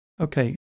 Okay